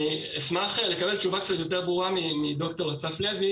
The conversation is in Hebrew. אני אשמח לקבל תשובה קצת יותר ברורה מד"ר אסף לוי